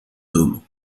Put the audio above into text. dôme